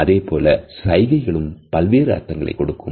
ஒரே வார்த்தையை உச்சரிக்கும் விதம் மாறும்போது அர்த்தமும் மாறுகிறது